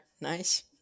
nice